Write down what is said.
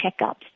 checkups